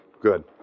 Good